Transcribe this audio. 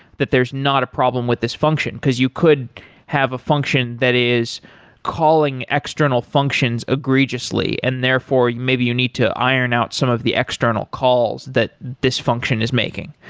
that there's not a problem with this function because you could have a function that is calling external functions egregiously and therefore maybe you need to iron out some of the external calls that this function is making.